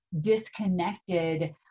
disconnected